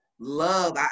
love